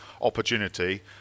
opportunity